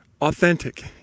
authentic